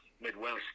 Midwest